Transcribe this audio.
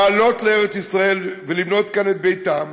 לעלות לארץ-ישראל ולבנות כאן את ביתם,